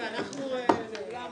הישיבה ננעלה בשעה 12:10.